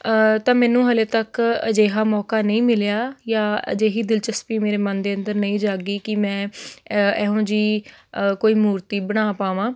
ਤਾਂ ਮੈਨੂੰ ਹਾਲੇ ਤੱਕ ਅਜਿਹਾ ਮੌਕਾ ਨਹੀਂ ਮਿਲਿਆ ਜਾਂ ਅਜਿਹੀ ਦਿਲਚਸਪੀ ਮੇਰੇ ਮਨ ਦੇ ਅੰਦਰ ਨਹੀਂ ਜਾਗੀ ਕਿ ਮੈਂ ਇ ਇਹੋ ਜਿਹੀ ਕੋਈ ਮੂਰਤੀ ਬਣਾ ਪਾਵਾਂ